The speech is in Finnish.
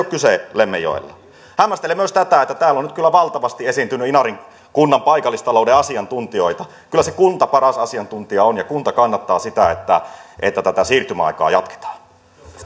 kyse lemmenjoella hämmästelen myös tätä että täällä on nyt kyllä valtavasti esiintynyt inarin kunnan paikallistalouden asiantuntijoita kyllä se kunta paras asiantuntija on ja kunta kannattaa sitä että että tätä siirtymäaikaa jatketaan